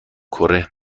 کره